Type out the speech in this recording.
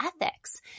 ethics